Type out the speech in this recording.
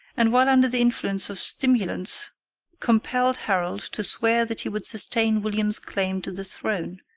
and while under the influence of stimulants compelled harold to swear that he would sustain william's claim to the throne.